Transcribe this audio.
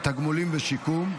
(תגמולים ושיקום)